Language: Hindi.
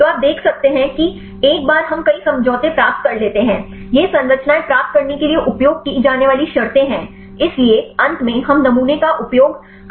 तो आप देख सकते हैं कि एक बार हम कई समझौते प्राप्त कर लेते हैं ये संरचनाएँ प्राप्त करने के लिए उपयोग की जाने वाली शर्तें हैं इसलिए अंत में हम नमूने का उपयोग करते हैं